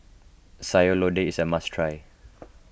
Sayur Lodeh is a must try